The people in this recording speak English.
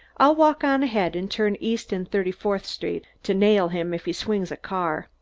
i'll walk on ahead and turn east in thirty-fourth street to nail him if he swings a car.